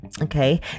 Okay